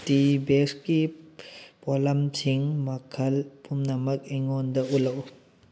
T ꯕꯦꯛꯁꯀꯤ ꯄꯣꯠꯂꯝꯁꯤꯡ ꯃꯈꯜ ꯄꯨꯝꯅꯃꯛ ꯑꯩꯉꯣꯟꯗ ꯎꯠꯂꯛꯎ